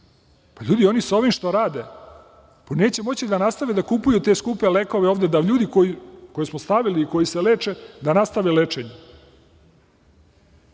sada leče. Oni sa ovim što rade, neće moći da nastave da kupuju te skupe lekove ovde, da ljude koje smo stavili i koji se leče da nastave lečenje.